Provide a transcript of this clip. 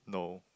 no